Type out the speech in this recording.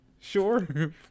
Sure